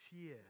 fear